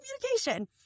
Communication